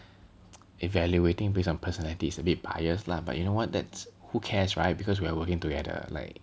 evaluating based on personality is a bit biased lah but you know what that's who cares right because we are working together like